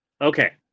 Okay